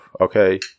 okay